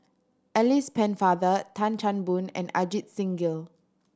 Alice Pennefather Tan Chan Boon and Ajit Singh Gill